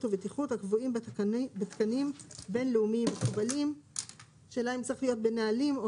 ובטיחות הקבועים בתקנים בין לאומיים מקובלים שלהם צריך יהיה מנהלים,